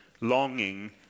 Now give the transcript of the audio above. longing